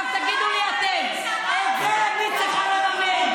עכשיו, תגידו לי אתם, את זה אני צריכה לממן?